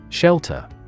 Shelter